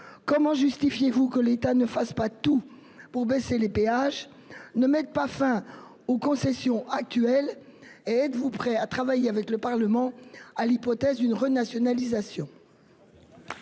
comment justifiez-vous que l'État ne fasse pas tout pour faire baisser les péages et mettre fin aux concessions actuelles ? Êtes-vous prêt à travailler avec le Parlement sur l'hypothèse d'une renationalisation ?